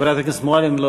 חברת הכנסת מועלם,